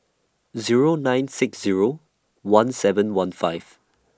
Zero nine six Zero one seven one five